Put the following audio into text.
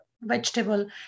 vegetable